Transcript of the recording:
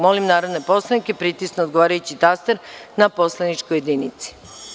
Molim narodne poslanike da pritisnu odgovarajući taster na poslaničkoj jedinici.